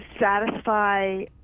satisfy